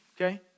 okay